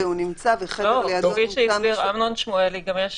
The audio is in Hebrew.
כפי שהסביר אמנון שמואלי, גם יש